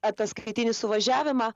ataskaitinį suvažiavimą